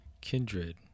Kindred